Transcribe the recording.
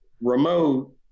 remote